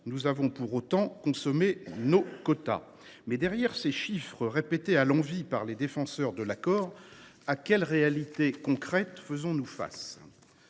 nous avons consommé nos quotas. Derrière ces chiffres répétés à l’envi par les défenseurs du Ceta, à quelle réalité concrète faisons nous face ?